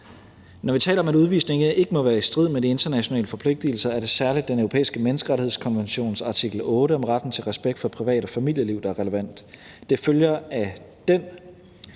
Når vi taler om, at udvisninger ikke må være i strid med de internationale forpligtigelser, er det særlig Den Europæiske Menneskerettighedskonventions artikel 8 om retten til respekt for privat- og familieliv, der er relevant. Det følger af den